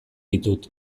ditut